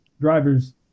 drivers